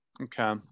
okay